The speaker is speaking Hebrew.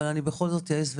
אבל אני בכל זאת אעז ואומר.